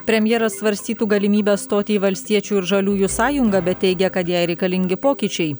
premjeras svarstytų galimybę stoti į valstiečių ir žaliųjų sąjungą bet teigia kad jai reikalingi pokyčiai